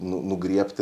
nu nugriebti